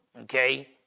okay